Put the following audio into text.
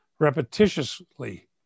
repetitiously